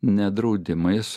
ne draudimais